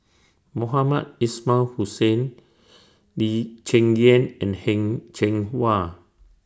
Mohamed Ismail Hussain Lee Cheng Yan and Heng Cheng Hwa